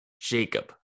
Jacob